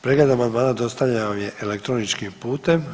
Pregled amandmana dostavljen vam je elektroničkim putem.